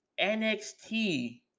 NXT